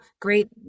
great